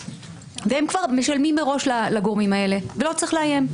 והם כבר משלמים מראש לגורמים האלה ולא צריך לאיים.